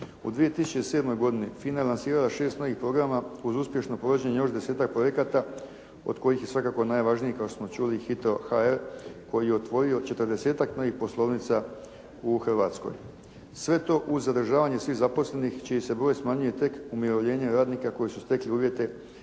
U 2007. godini FINA je lansirala 6 novih programa uz uspješno provođenje još desetak projekata od kojih je svakako najvažniji kao što smo čuli HITRO.HR koji je otvorio četrdesetak novih poslovnica u Hrvatskoj. Sve to uz zadržavanje svih zaposlenih čiji se broj smanjuje tek umirovljenjem radnika koji su stekli uvjete